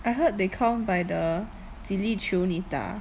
I heard they count by the 几粒球你打